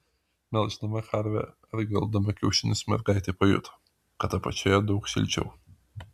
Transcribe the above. melždama karvę ar gvelbdama kiaušinius mergaitė pajuto kad apačioje daug šilčiau